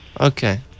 Okay